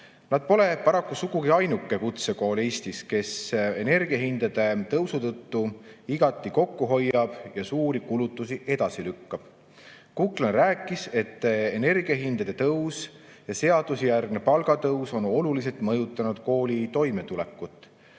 Nad pole paraku sugugi ainuke kutsekool, kes energiahindade tõusu tõttu igati kokku hoiab ja suuri kulutusi edasi lükkab. Kuklane rääkis, et energiahindade tõus ja seadusejärgne palgatõus on oluliselt mõjutanud kooli toimetulekut.